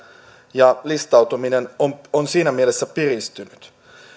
ja listautuminen on on siinä mielessä piristynyt